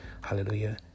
Hallelujah